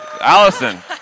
Allison